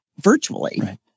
virtually